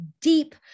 deep